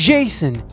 Jason